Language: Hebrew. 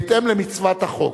בהתאם למצוות החוק.